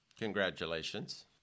Congratulations